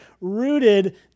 rooted